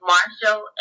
Marshall